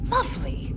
Lovely